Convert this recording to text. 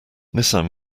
nissan